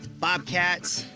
bobcats,